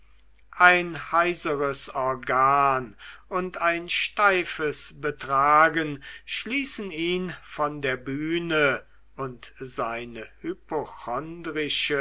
ein heiseres organ und ein steifes betragen schließen ihn von der bühne und seine